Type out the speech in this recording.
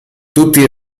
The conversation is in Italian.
tutti